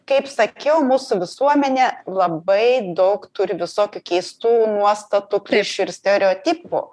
kaip sakiau mūsų visuomenė labai daug turi visokių keistų nuostatų klišių ir stereotipų